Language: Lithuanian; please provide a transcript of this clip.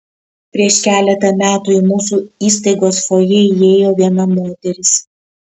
prieš keletą metų į mūsų įstaigos fojė įėjo viena moteris